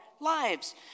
lives